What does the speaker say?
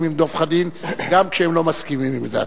עם דב חנין גם כשהם לא מסכימים עם דעתו.